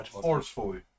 forcefully